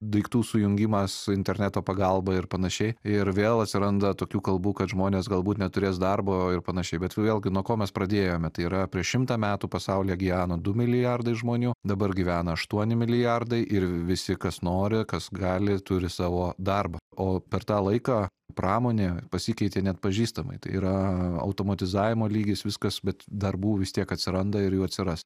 daiktų sujungimas interneto pagalba ir panašiai ir vėl atsiranda tokių kalbų kad žmonės galbūt neturės darbo ir panašiai bet ir vėlgi nuo ko mes pradėjome tai yra prieš šimtą metų pasaulyje gyveno du milijardai žmonių dabar gyvena aštuoni milijardai ir visi kas nori kas gali turi savo darbą o per tą laiką pramonė pasikeitė neatpažįstamai tai yra automatizavimo lygis viskas bet darbų vis tiek atsiranda ir jų atsiras